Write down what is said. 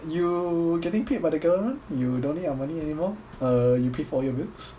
you getting paid by the government you don't need our money anymore uh you pay for all your bills